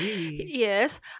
Yes